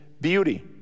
beauty